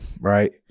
Right